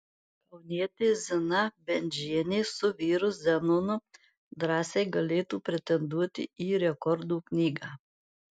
kaunietė zina bendžienė su vyru zenonu drąsiai galėtų pretenduoti į rekordų knygą